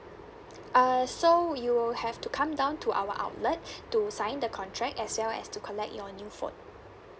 uh so you would have to come down to our outlet to sign the contract as well as to collect your new phone